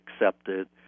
accepted